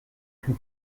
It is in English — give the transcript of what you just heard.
can